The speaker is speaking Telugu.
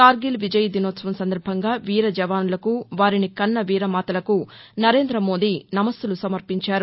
కార్గిల్ విజయ్ దినోత్సవం సందర్బంగా వీరజవానులకు వారిని కన్న వీరమాతలకు నరేంద్ర మోది నమస్సులు సమర్పించారు